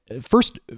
first